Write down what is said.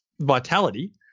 vitality